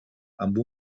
amb